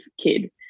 kid